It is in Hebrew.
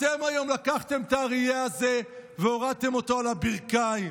אתם היום לקחתם את האריה הזה והורדתם אותו על הברכיים.